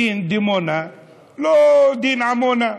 דין דימונה לא כדין עמונה,